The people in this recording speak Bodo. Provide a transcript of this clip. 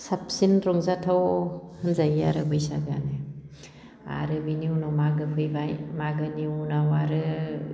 साबसिन रंजाथाव होनजायो आरो बैसागोआनो आरो बिनि उनाव मागो फैबाय मागोनि उनाव आरो